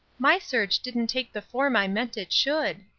my search didn't take the form i meant it should,